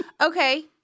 Okay